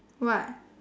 what